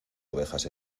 ovejas